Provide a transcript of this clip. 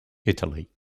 italy